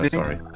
sorry